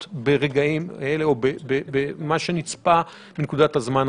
שיאפשרו --- אנחנו מתקשים להבין מה כוונת המחוקק.